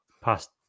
past